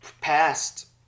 past